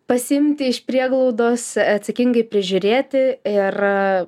pasiimti iš prieglaudos atsakingai prižiūrėti ir